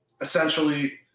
essentially